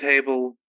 table